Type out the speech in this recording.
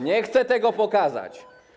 Nie chce tego pokazać.